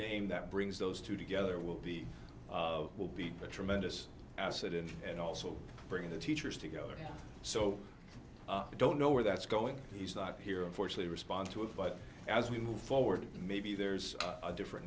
dame that brings those two together will be will be a tremendous asset in and also bring the teachers together so we don't know where that's going he's not here unfortunately respond to it but as we move forward maybe there's a different